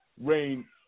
rain